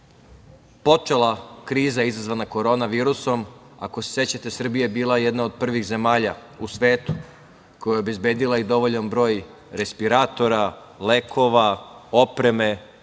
počela kriza izazvana korona virusom, ako se sećate Srbija je bila jedna od prvih zemalja u svetu koja je obezbedila i dovoljan broj respiratora, lekova, opreme.